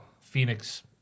Phoenix